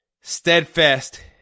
steadfast